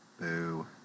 Boo